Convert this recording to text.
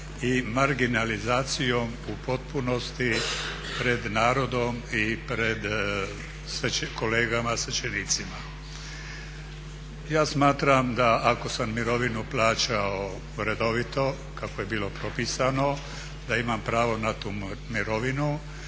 i marginalizacijom u potpunosti pred narodom i pred kolegama svećenicima. Ja smatram da ako sam mirovinu plaćao redovito, kako je bilo propisano da imam pravo na tu mirovinu